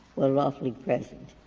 were lawfully present.